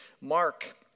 Mark